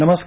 नमस्कार